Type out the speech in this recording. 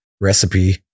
recipe